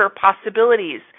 possibilities